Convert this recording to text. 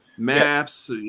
maps